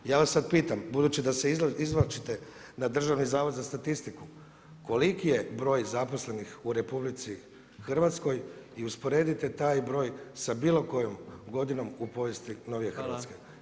Ja vas sad pitam, budući da se izvlačite na Državni zavod za statistiku, koliki je broj zaposlenih u RH i usporedite taj broj sa bilo kojom godinom u povijesti novije Hrvatske.